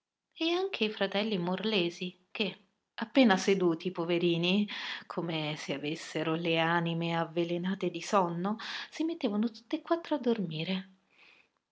e anche i fratelli morlesi che appena seduti poverini come se avessero le anime avvelenate di sonno si mettevano tutt'e quattro a dormire